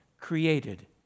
created